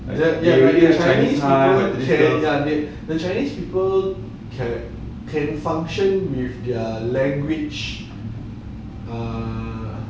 and that ya but the chinese people can can function with their language uh